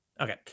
Okay